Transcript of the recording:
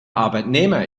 arbeitnehmer